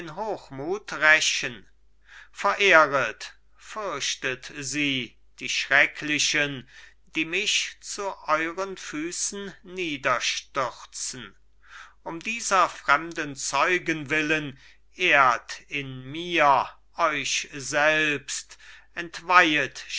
hochmut rächen verehret fürchtet sie die schrecklichen die mich zu euren füßen niederstürzen um dieser fremden zeugen willen ehrt in mir euch selbst entweihet